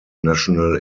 national